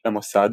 למוסד,